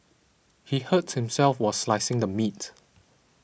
he hurt himself while slicing the meat